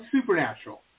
Supernatural